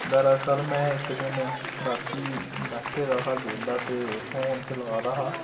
दरअसल में इक दिन राती बैठे दा हा बेह्ला ते फोन चला दा हा